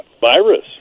virus